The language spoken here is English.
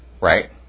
Right